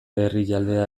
herrialdea